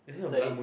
I studied